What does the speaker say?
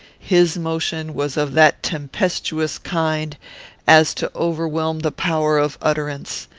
his motion was of that tempestuous kind as to overwhelm the power of utterance,